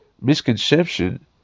misconception